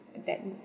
and that